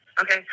Okay